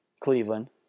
Cleveland